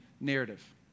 narrative